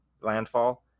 landfall